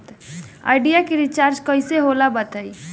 Idea के recharge कइसे होला बताई?